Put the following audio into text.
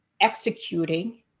executing